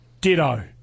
Ditto